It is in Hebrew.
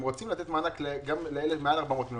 אם רוצים לתת מענק גם מעל 400 מיליון,